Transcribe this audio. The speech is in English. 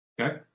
okay